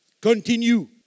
continue